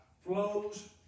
flows